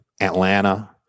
Atlanta